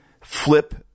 Flip